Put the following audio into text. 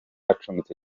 acumbitse